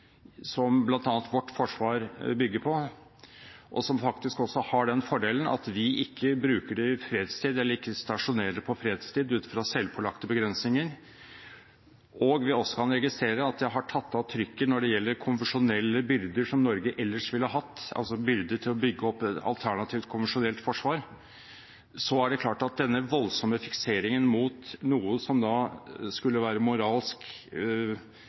som bl.a. vårt forsvar bygger på, og som faktisk også har den fordelen at vi ikke bruker det i fredstid, eller ikke stasjonerer i fredstid, ut fra selvpålagte begrensninger, og vi også kan registrere at det har tatt av trykket når det gjelder konvensjonelle byrder som Norge ellers ville hatt, altså byrden med å bygge opp et alternativt, konvensjonelt forsvar, så er det klart at denne voldsomme fikseringen mot noe som da skulle være moralsk